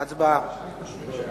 הצבעה.